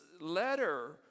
letter